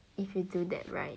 if you do that [right]